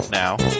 now